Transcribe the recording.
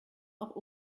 auch